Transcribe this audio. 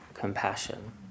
Compassion